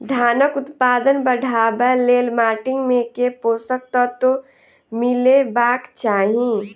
धानक उत्पादन बढ़ाबै लेल माटि मे केँ पोसक तत्व मिलेबाक चाहि?